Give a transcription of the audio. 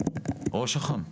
ראש אח״מ.